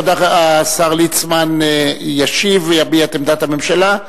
כבוד השר ליצמן ישיב ויביע את עמדת הממשלה,